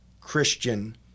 Christian